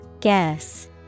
Guess